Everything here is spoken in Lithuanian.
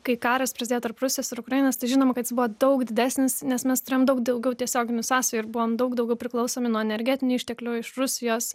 kai karas prasidėjo tarp rusijos ir ukrainos tai žinoma kad jis buvo daug didesnis nes mes turėjom daug daugiau tiesioginių sąsajų ir buvom daug daugiau priklausomi nuo energetinių išteklių iš rusijos